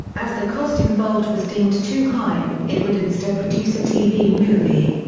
as the cost involved was deemed too high, it would instead produce a tv movie.